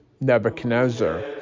Nebuchadnezzar